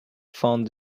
found